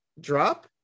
drop